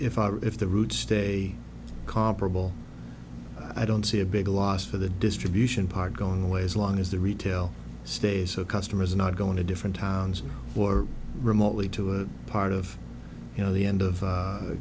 f if the routes stay comparable i don't see a big loss for the distribution part going away as long as the retail stays or customers not going to different towns or remotely to a part of you know the end of